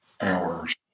hours